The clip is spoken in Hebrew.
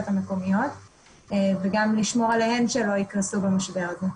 המקומיות וגם לשמור עליהן שלא יקרסו במשבר הזה.